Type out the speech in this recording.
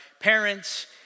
parents